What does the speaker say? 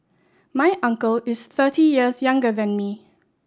my uncle is thirty years younger than me